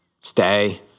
stay